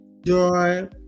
joy